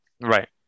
Right